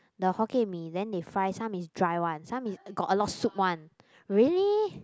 the Hokkien-Mee then they fry some is dry one some is got a lot of soup one really